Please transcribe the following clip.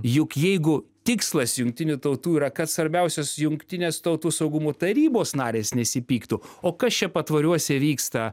juk jeigu tikslas jungtinių tautų yra kad svarbiausios jungtinės tautų saugumo tarybos narės nesipyktų o kas čia patvoriuose vyksta